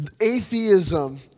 atheism